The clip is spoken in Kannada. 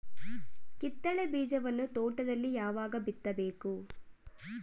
ಕಿತ್ತಳೆ ಬೀಜವನ್ನು ತೋಟದಲ್ಲಿ ಯಾವಾಗ ಬಿತ್ತಬೇಕು?